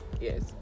yes